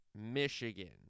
Michigan